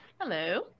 hello